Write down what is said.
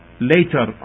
later